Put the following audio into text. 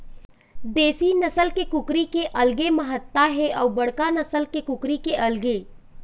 देशी नसल के कुकरी के अलगे महत्ता हे अउ बड़का नसल के कुकरी के अलगे